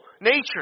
nature